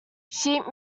sheet